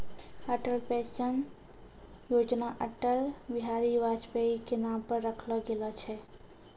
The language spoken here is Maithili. अटल पेंशन योजना अटल बिहारी वाजपेई के नाम पर रखलो गेलो छै